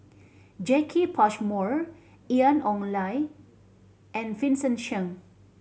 Jacki Passmore Ian Ong Li and Vincent Cheng